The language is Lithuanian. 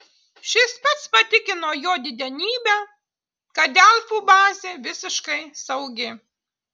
šis pats patikino jo didenybę kad delfų bazė visiškai saugi